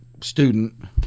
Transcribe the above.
student